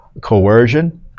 coercion